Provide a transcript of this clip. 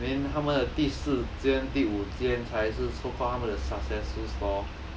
then 他们的第四间第五间才是 so far 他们的 successful store